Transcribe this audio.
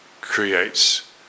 creates